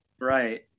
Right